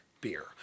beer